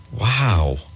Wow